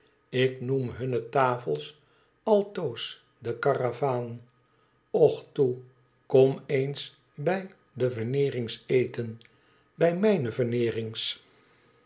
ik noem hunne tafels altoos de karavaan och toe kom eens bij de veneerings eten bij mijne